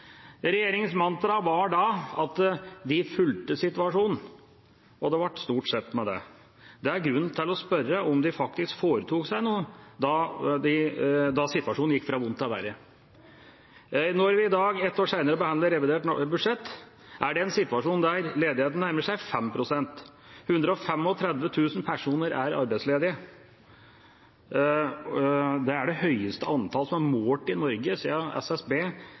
mantra var da at de fulgte situasjonen – og det ble stort sett med det. Det er grunn til å spørre om de faktisk foretok seg noe da situasjonen gikk fra vondt til verre. Når vi i dag, ett år senere, behandler revidert budsjett, er det i en situasjon der ledigheten nærmer seg 5 pst. 135 000 personer er arbeidsledige, og det er det høyeste antallet som er målt i Norge siden SSB